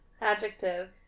Adjective